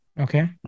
Okay